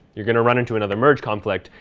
you're going to run into another merge conflict,